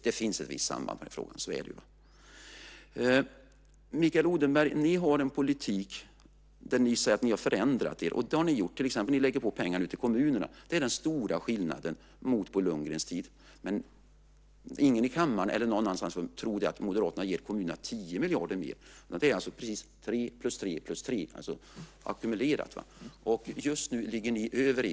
Det finns ett visst samband i de här frågorna, så är det ju. Mikael Odenberg, ni säger att ni har förändrat er. Det har ni gjort. Nu lägger ni på pengar ute i kommunerna. Det är den stora skillnaden mot Bo Lundgrens tid. Men ingen, i kammaren eller någon annanstans, får tro att Moderaterna ger kommunerna 10 miljarder mer, utan det är 3 + 3 + 3 som ackumuleras. Just nu ligger ni över.